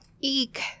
Eek